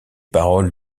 paroles